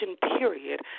period